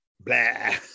Blah